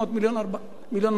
מיליון ו-200,